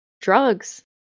drugs